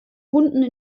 hunden